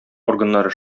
органнары